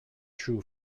true